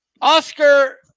Oscar